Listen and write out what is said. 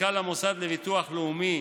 מנכ"ל המוסד לביטוח לאומי